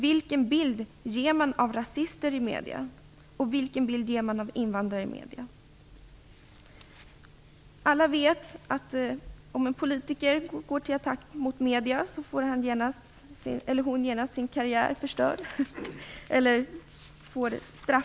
Vilken bild ger man av rasister i medierna, och vilken bild ger man av invandrare? Alla vet att om en politiker går till attack mot medierna straffas hon genast eller får sin karriär förstörd.